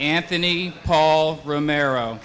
anthony paul romero